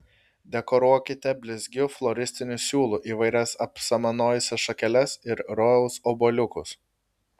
dekoruokite blizgiu floristiniu siūlu įvairias apsamanojusias šakeles ir rojaus obuoliukus